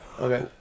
Okay